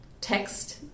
text